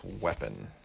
Weapon